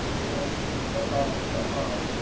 was told um so of